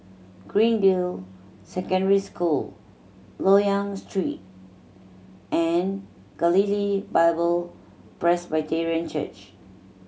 Greendale Secondary School Loyang Street and Galilee Bible Presbyterian Church